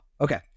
Okay